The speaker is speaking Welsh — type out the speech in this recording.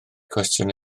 cwestiwn